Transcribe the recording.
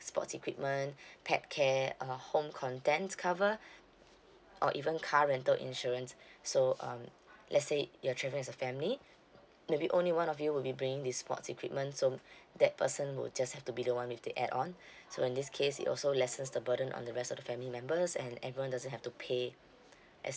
sports equipment pet care uh home contents cover or even car rental insurance so um let's say you're travelling is a family maybe only one of you will be bringing this sports equipment so that person will just have to be the one with the add on so in this case it also lessens the burden on the rest of the family members and everyone doesn't have to pay as